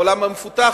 העולם המפותח,